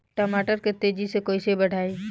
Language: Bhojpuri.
टमाटर के तेजी से कइसे बढ़ाई?